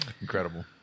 Incredible